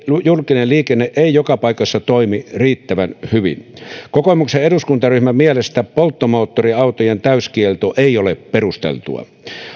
julkinen liikenne ei joka paikassa toimi riittävän hyvin kokoomuksen eduskuntaryhmän mielestä polttomoottoriautojen täyskielto ei ole perusteltua